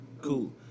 Cool